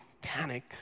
panic